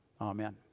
Amen